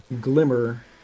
glimmer